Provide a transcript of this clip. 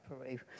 Peru